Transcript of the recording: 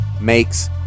makes